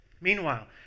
Meanwhile